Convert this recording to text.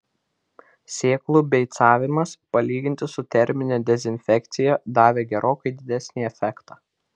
sėklų beicavimas palyginti su termine dezinfekcija davė gerokai didesnį efektą